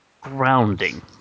Grounding